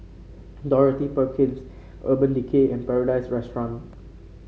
Dorothy Perkins Urban Decay and Paradise Restaurant